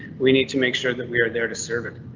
we need to make sure that we are there to serve it.